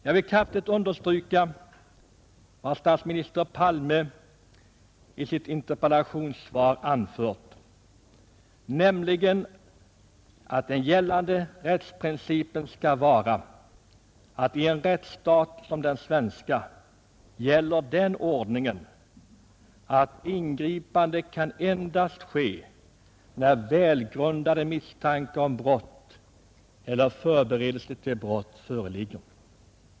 Jag vill kraftigt understryka vad statsminister Palme i sitt interpellationssvar anfört, nämligen att gällande ordning i en rättsstat som den svenska skall vara att ingripande endast kan ske när välgrundade misstankar om brott eller förberedelser till brott föreligger.